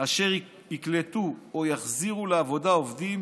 אשר יקלטו או יחזירו לעבודה עובדים